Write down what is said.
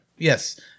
Yes